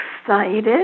excited